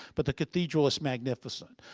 but the cathedral is magnificient.